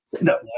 No